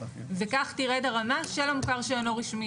וכך תרד הרמה של המוכר שאינו רשמי.